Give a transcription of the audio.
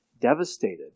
devastated